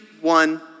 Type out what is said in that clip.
one